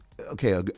okay